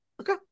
okay